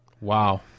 Wow